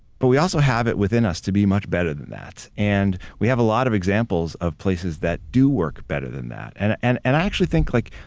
but we also have it within us to be much better than that. and we have a lot of examples of places that do work better than that. and and and i actually think like,